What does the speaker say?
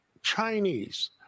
Chinese